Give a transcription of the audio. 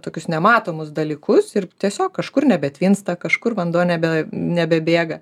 tokius nematomus dalykus ir tiesiog kažkur nebetvinsta kažkur vanduo nebe nebebėga